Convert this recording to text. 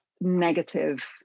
negative